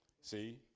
See